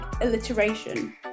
alliteration